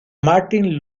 martin